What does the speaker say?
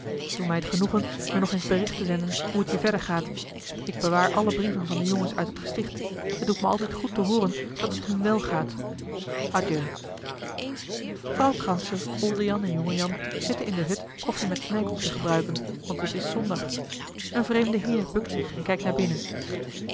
doe mij het genoegen me nog eens bericht te zenden hoe het je verder gaat ik bewaar alle brieven van de jongens uit het gesticht het doet me altijd goed te hooren dat het hun wel gaat adieu vrouw kranse oldejan en jongejan zitten in de hut koffie met snijkoek te gebruiken want het is zondag een vreemde heer bukt zich en kijkt naar binnen